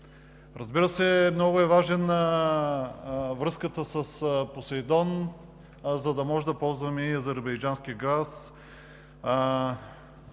Разбира се, много е важна връзката с „Посейдон“, за да можем да ползваме и азербайджанския газ,